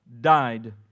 died